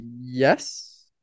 Yes